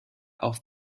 auf